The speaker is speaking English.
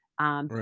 Right